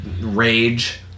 rage